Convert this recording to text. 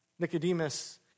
Nicodemus